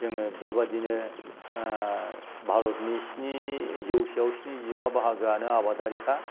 जोङो बेबादिनो भारतनि स्नि जौसेआव स्निजिबा बाहागोआनो आबादारिखा